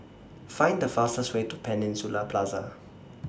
Find The fastest Way to Peninsula Plaza